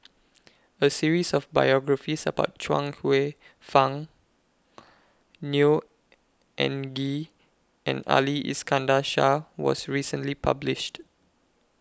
A series of biographies about Chuang Hsueh Fang Neo Anngee and Ali Iskandar Shah was recently published